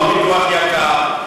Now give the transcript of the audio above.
לא פיתוח יקר,